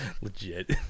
Legit